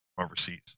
overseas